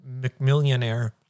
McMillionaire